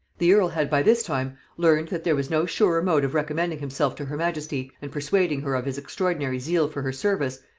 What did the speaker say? the earl had by this time learned, that there was no surer mode of recommending himself to her majesty, and persuading her of his extraordinary zeal for her service,